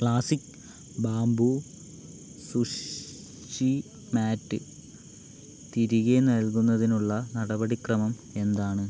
classic bamboo sushi mat തിരികെ നൽകുന്നതിനുള്ള നടപടിക്രമം എന്താണ്